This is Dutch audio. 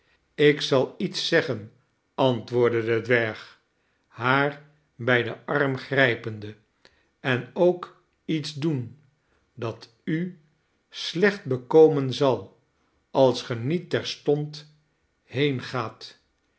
ik zal iets zeggen antwoordde de dwerg haar bij den arm grijpende en ook iets doen dat u slecht bekomen zal als ge niet